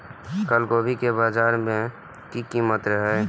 कल गोभी के बाजार में की कीमत रहे?